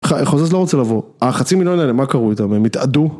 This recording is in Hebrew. חוזס לא רוצה לבוא, החצי מיליון האלה, מה קרו איתם? הם התאדו?